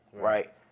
right